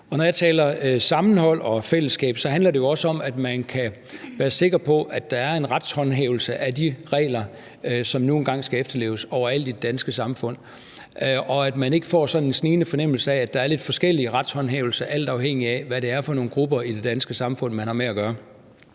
når jeg taler sammenhold og fællesskab, handler det jo også om, at man kan være sikker på, at der er en retshåndhævelse af de regler, som nu engang skal efterleves overalt i det danske samfund, og om, at man ikke får sådan en snigende fornemmelse af, at der er lidt forskellige retshåndhævelser alt afhængigt af, hvad det er for nogle grupper i det danske samfund, man har med at gøre.